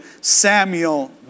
Samuel